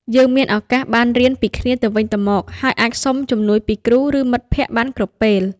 យើងមានឱកាសបានរៀនពីគ្នាទៅវិញទៅមក ហើយអាចសុំជំនួយពីគ្រូ ឬមិត្តភក្តិបានគ្រប់ពេល។